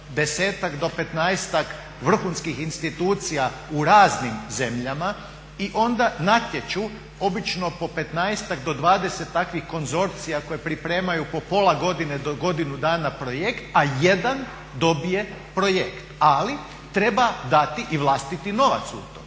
desetak do petnaestak vrhunskih institucija u raznim zemljama i onda natječu po petnaestak do dvadeset takvih konzorcija koje pripremaju po pola godine do godinu dana projekt a jedan dobije projekt, ali treba dati i vlastiti novac u to.